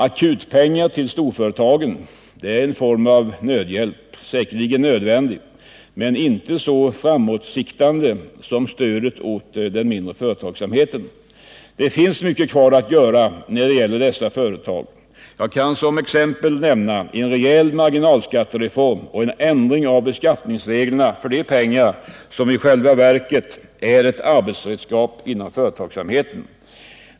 Akutpengar till storföretagen är en form av nödhjälp, säkerligen nödvändig, men inte så framåtsiktande som stödet åt den mindre företagsamheten. Det finns mycket kvar att göra när det gäller dessa företag. Jag kan som exempel nämna en rejäl marginalskattereform och en ändring av beskattningsreglerna för de pengar som i själva verket är ett arbetsredskap inom företagsamheten.